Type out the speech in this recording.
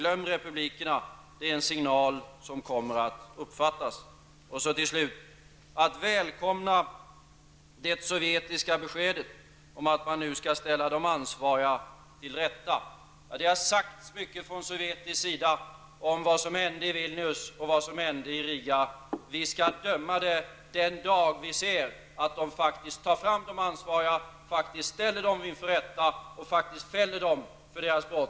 Säg ''republikerna''! Det är en signal som kommer att uppfattas. Till slut något angående att man bör välkomna det sovjetiska beskedet att de ansvariga nu skall ställas inför rätta. Det har sagts mycket från sovjetisk sida om vad som hände i Vilnius och vad som hände i Riga. Vi skall döma i frågan den dag vi ser att Sovjet faktiskt tar fram de ansvariga, faktiskt ställer dem inför rätta och faktiskt fäller dem för deras brott.